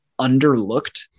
underlooked